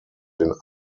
den